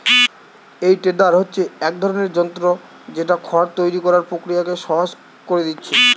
এই টেডার হচ্ছে এক ধরনের যন্ত্র যেটা খড় তৈরি কোরার প্রক্রিয়াকে সহজ কোরে দিয়েছে